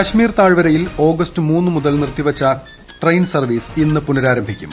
കശ്മീർ താഴ്വരയിൽ ഔഗ്സ്റ്റ് മൂന്നു മുതൽ നിർത്തിവച്ച ട്രെയിൻ ന് സർവ്വീസ് ഇന്ന് പുനരാർംഭിക്കും